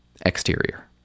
Exterior